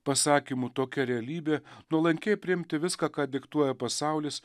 pasakymu tokia realybė nuolankiai priimti viską ką diktuoja pasaulis